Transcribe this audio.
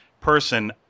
person